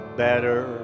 better